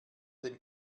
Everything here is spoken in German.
den